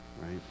right